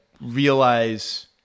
realize